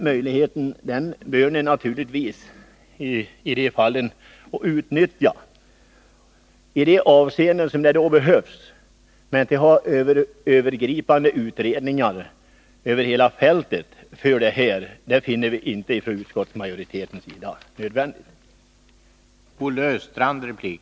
Där det behövs bör man naturligtvis utnyttja denna möjlighet till diskussioner. Men utskottsmajoriteten finner det inte nödvändigt med övergripande utredningar som täcker hela fältet.